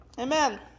Amen